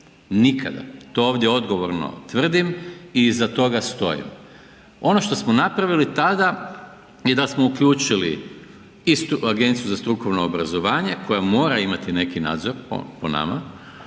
Nikada. To ovdje odgovorno tvrdim i iza toga stojim. Ono što smo napravili tada je da smo uključili istu Agenciju za strukovno obrazovanje koja mora imati neki nadzor po nama